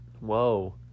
whoa